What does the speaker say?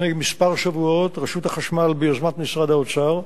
לפני כמה שבועות רשות החשמל, ביוזמת משרד האוצר,